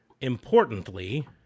Importantly